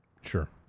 Sure